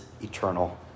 eternal